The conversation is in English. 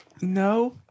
No